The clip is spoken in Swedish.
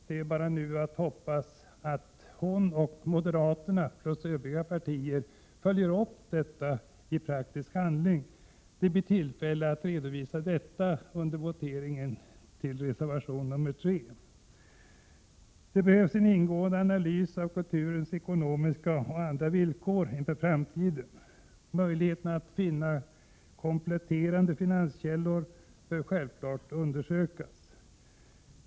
Nu är det bara att hoppas att hon och övriga moderater följer upp detta i praktisk handling. Det blir tillfälle att redovisa detta under voteringen om reservation 3. Det behövs en ingående analys av kulturens ekonomiska och andra villkor inför framtiden. Möjligheterna att finna kompletterande finansieringskällor bör därvid undersökas.